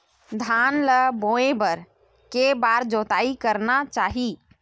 धान ल बोए बर के बार जोताई करना चाही?